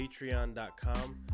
Patreon.com